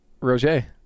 roger